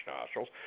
nostrils